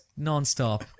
nonstop